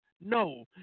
No